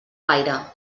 gaire